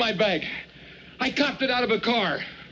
my bag i got it out of a car